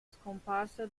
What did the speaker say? scomparsa